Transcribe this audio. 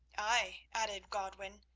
ay, added godwin,